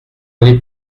aller